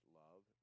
love